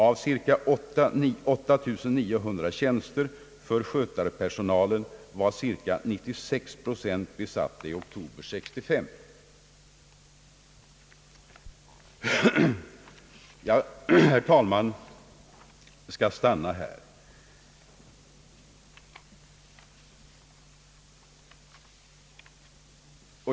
Av cirka 8 900 tjänster för skötarpersonal var cirka 96 procent besatta i oktober 19635.» Herr talman! Jag skall stanna här.